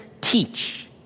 teach